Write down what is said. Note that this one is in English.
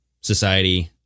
society